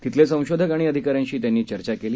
तिथले संशोधक आणि अधिकाऱ्यांशी त्यांनी चर्चाही केली